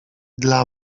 dla